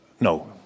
No